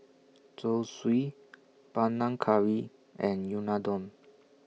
Zosui Panang Curry and Unadon